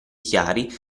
chiari